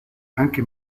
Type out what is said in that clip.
anche